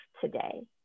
today